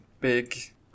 big